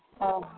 অঁ